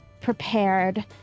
prepared